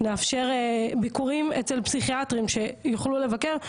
נאפשר ביקורים אצל פסיכיאטרים שיוכלו לבקר,